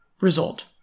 result